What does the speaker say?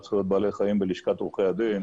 זכויות בעלי החיים בלשכת עורכי הדין,